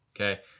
Okay